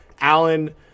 Allen